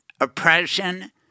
oppression